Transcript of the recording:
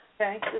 Okay